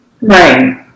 Right